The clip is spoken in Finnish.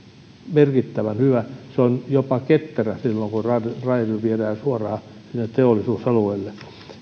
merkittävän hyvä se on jopa ketterä silloin kun raide raide viedään suoraan teollisuusalueelle